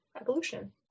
evolution